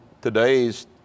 today's